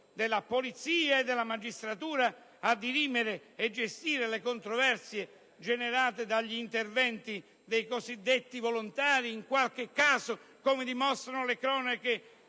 della Polizia e della magistratura a dirimere e gestire le controversie generate dagli interventi dei cosiddetti volontari, in qualche caso - come dimostrano le cronache